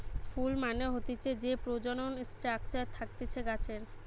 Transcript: ফুল মানে হতিছে যে প্রজনন স্ট্রাকচার থাকতিছে গাছের